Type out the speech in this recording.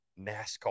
NASCAR